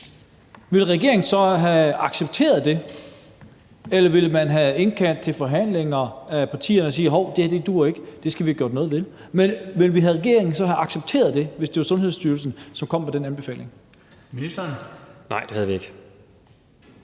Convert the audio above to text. ville regeringen så have accepteret det, eller ville man have indkaldt til forhandlinger med partierne og sagt: Hov, det her duer ikke, det skal vi have gjort noget ved? Men ville regeringen så have accepteret det, hvis det var Sundhedsstyrelsen, som kom med den anbefaling? Kl. 15:45 Den fg.